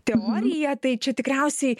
teorija tai čia tikriausiai